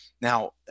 Now